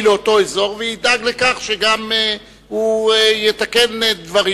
באותו אזור וידאג לכך שהוא גם יתקן דברים,